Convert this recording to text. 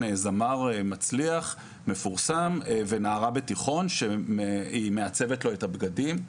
זמר מצליח ומפורסם לבין נערה בתיכון שמעצבת לו את הבגדים.